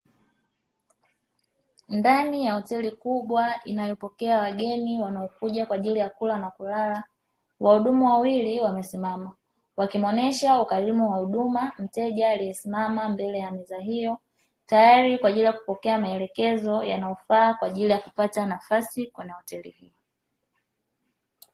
Ndani ya hotel kubwa inayopokea wageni wanaokuja kwa ajili ya kula na kulala, wahudumu wawili wamesimama wakimuonyesha ukarimu wa huduma mteja aliyesimama mbele ya meza hiyo, tayari kwa ajili ya kupokea maelekezo yanayofaa kwa ajili ya kupata nafasi katika hotel hiyo.